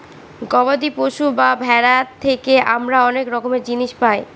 গবাদি পশু বা ভেড়া থেকে আমরা অনেক রকমের জিনিস পায়